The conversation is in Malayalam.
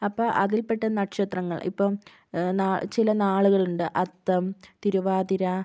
അപ്പം അതിൽപ്പെട്ട നക്ഷത്രങ്ങൾ ഇപ്പം ചില നാൾ നാളുകളുണ്ട് അത്തം തിരുവാതിര